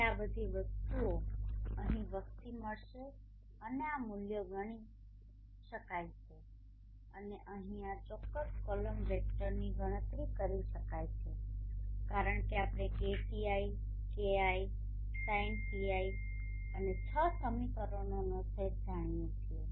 જેથી આ બધી વસ્તુઓ અહીં વસતી મળશે અને આ મૂલ્યો ગણી શકાય છે અને અહીં આ ચોક્કસ કોલમ વેક્ટરની ગણતરી કરી શકાય છે કારણ કે આપણે KTi xi sinτi અને છ સમીકરણોનો સેટ જાણીએ છીએ